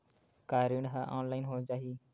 का ऋण ह ऑनलाइन हो जाही?